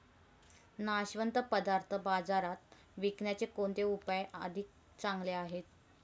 नाशवंत पदार्थ बाजारात विकण्याचे कोणते उपाय अधिक चांगले आहेत?